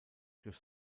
durch